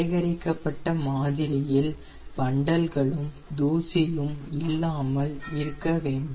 சேகரிக்கப்பட்ட மாதிரியில் வண்டல்களும் தூசியும் இல்லாமல் இருக்கவேண்டும்